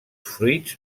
fruits